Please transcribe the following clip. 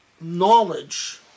knowledge